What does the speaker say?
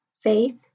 faith